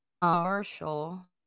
Commercial